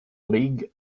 league